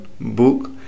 book